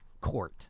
court